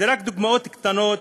אלה רק דוגמאות קטנות.